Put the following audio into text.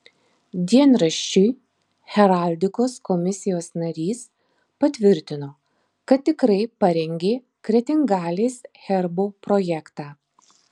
dienraščiui heraldikos komisijos narys patvirtino kad tikrai parengė kretingalės herbo projektą